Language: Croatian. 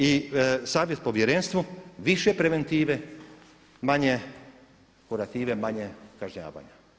I savjet povjerenstvu, više preventive, manje kurative, manje kažnjavanja.